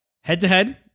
head-to-head